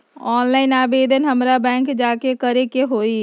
Online आवेदन हमरा bank जाके करे के होई?